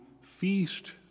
feast